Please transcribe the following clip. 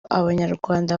abanyarwanda